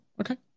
Okay